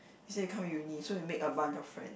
he say you come uni so you make a bunch of friends